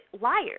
liars